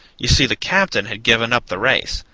you see, the captain had given up the race,